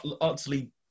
utterly